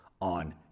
on